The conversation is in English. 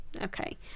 okay